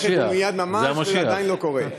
תכף ומייד ממש וזה עדיין לא קורה.